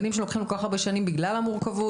שהם לוקחים כל כך הרבה שנים בגלל המורכבות.